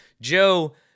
Joe